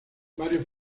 varios